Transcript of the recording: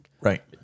Right